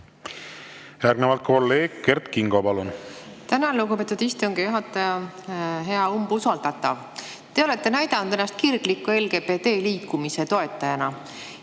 Järgnevalt kolleeg Kert Kingo, palun! Tänan, lugupeetud istungi juhataja! Hea umbusaldatav! Te olete näidanud ennast kirgliku LGBT liikumise toetajana.